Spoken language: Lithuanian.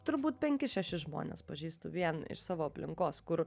turbūt penkis šešis žmones pažįstu vien iš savo aplinkos kur